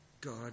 god